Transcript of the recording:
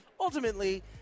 ultimately